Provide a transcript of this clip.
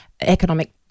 economic